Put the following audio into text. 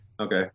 Okay